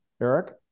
Eric